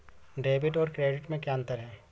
Debit और credit में क्या अंतर है?